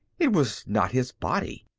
it was not his body!